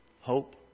hope